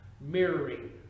mirroring